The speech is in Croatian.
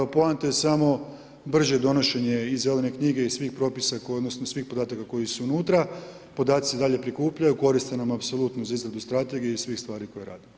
Poanta je samo brže donošenje iz Zelene knjige, iz svih propisa koji, odnosno svih podataka koji su unutra, podaci se i dalje prikupljaju, koriste nam apsolutno za izradu Strategije i svih stvari koje radimo.